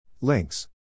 Links